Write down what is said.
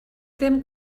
ddim